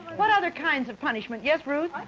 what other kinds of punishments? yes, ruth?